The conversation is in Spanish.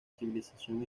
civilización